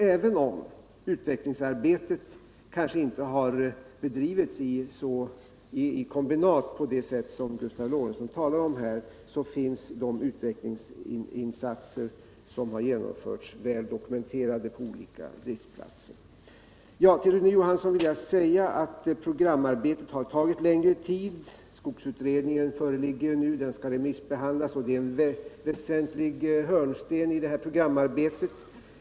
Även om utvecklingsarbetet kanske inte har bedrivits i kombinat på det sätt Gustav Lorentzon talar om så finns de utvecklingsinsatser som genomförts väl dokumenterade på olika driftplatser. Till Rune Johansson vill jag säga att programarbetet tagit längre tid än beräknat. Skogsutredningen föreligger nu och remissbehandlas — det är en väsentlig hörnsten i programarbetet.